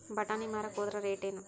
ಬಟಾನಿ ಮಾರಾಕ್ ಹೋದರ ರೇಟೇನು?